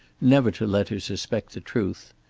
never to let her suspect the truth.